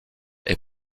est